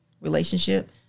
Relationship